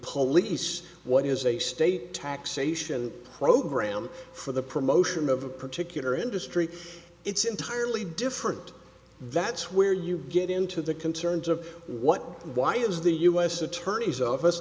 lease what is a state taxation program for the promotion of a particular industry it's entirely different that's where you get into the concerns of what why is the u s attorney's office